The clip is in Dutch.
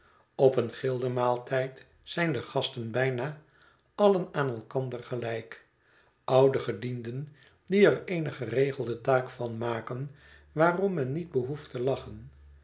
op een gilde maaltijd zijn de gasten bijna alien aan elkander gelijk oude gedienden die er eene geregelde taak van maken waarom men niet behoeft te lachen